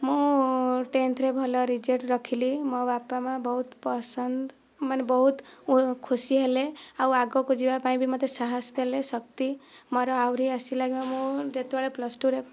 ମୁଁ ଟେନ୍ଥରେ ଭଲ ରେଜଲ୍ଟ ରଖିଲି ମୋ ବାପା ମା ବହୁତ ପସନ୍ଦ ମାନେ ବହୁତ ଖୁସି ହେଲେ ଆଉ ଆଗକୁ ଯିବା ପାଇଁ ବି ମୋତେ ସାହସ ଦେଲେ ଶକ୍ତି ମୋର ଆହୁରି ଆସିଲା ମୁଁ ଯେତେବେଳେ ପ୍ଲସ ଟୁ ରେ